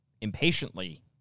impatiently